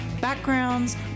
backgrounds